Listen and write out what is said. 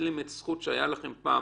מבטלים זכות שהייתה לכם פעם